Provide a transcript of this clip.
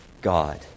God